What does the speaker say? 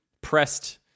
pressed